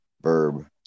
Verb